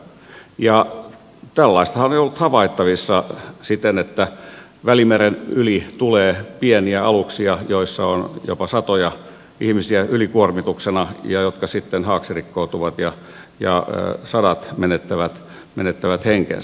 tällaistahan on jo ollut havaittavissa siten että välimeren yli tulee pieniä aluksia joissa on jopa satoja ihmisiä ylikuormituksena ja jotka sitten haaksirikkoutuvat ja sadat menettävät henkensä